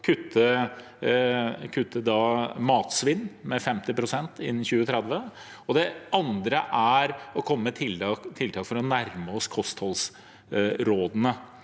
kutte matsvinn med 50 pst. innen 2030. Det andre er å komme med tiltak for å nærme seg kostholdsrådene.